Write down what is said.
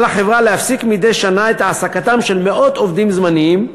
על החברה להפסיק מדי שנה את העסקתם של מאות עובדים זמניים,